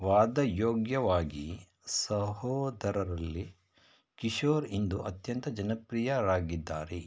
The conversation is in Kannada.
ವಾದಯೋಗ್ಯವಾಗಿ ಸಹೋದರರಲ್ಲಿ ಕಿಶೋರ್ ಇಂದು ಅತ್ಯಂತ ಜನಪ್ರಿಯರಾಗಿದ್ದಾರೆ